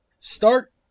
Start